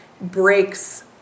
breaks